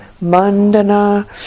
Mandana